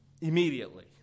Immediately